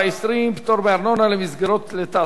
20) (פטור מארנונה למסגרות לתעסוקה,